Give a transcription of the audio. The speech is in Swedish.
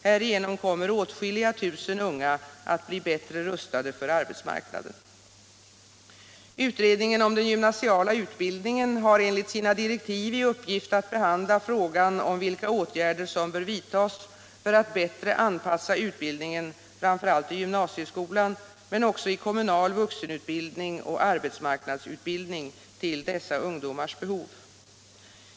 Härigenom kommer åtskilliga tusen unga att bli bättre rustade för arbetsmarknaden. Utredningen om den gymnasiala utbildningen har enligt sina direktiv i uppgift att behandla frågan om vilka åtgärder som bör vidtas för att bättre anpassa utbildningen, framför allt i gymnasieskolan men också i kommunal vuxenutbildning och arbetsmarknadsutbildning, till dessa ungdomars behov.